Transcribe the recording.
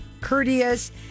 courteous